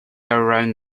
around